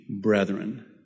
brethren